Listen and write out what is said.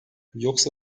yoksa